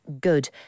good